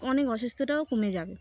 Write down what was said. অনেক অসুস্থটাও কমে যাবে